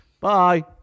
Bye